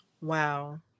Wow